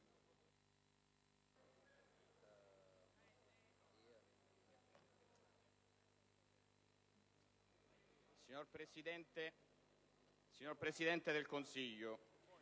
Signor Presidente del Consiglio,